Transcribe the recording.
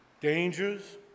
dangers